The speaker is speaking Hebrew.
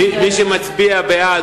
מי שמצביע בעד,